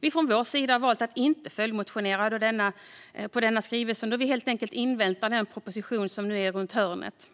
Sverigedemokraterna har valt att inte följdmotionera på denna skrivelse eftersom vi inväntar den proposition som väntar runt hörnet